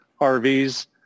RVs